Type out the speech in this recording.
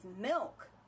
milk